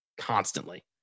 constantly